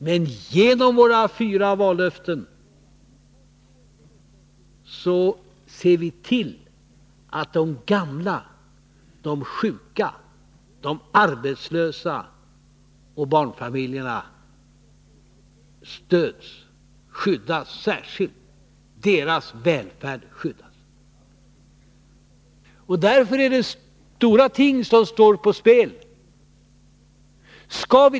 Men genom våra fyra vallöften ser vi till att de gamlas, sjukas, arbetslösas och barnfamiljernas välfärd skyddas. Därför är det stora ting som står på spel.